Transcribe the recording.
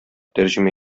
тәрҗемә